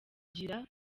kugira